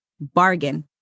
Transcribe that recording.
bargain